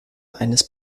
eines